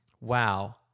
wow